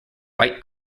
white